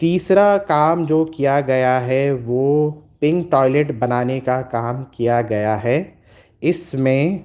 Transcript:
تیسرا کام جو کیا گیا ہے وہ پنک ٹوائلیٹ بنانے کا کام کیا گیا ہے اس میں